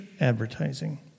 advertising